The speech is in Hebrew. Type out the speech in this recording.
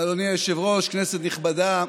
אדוני היושב-ראש, כנסת נכבדה,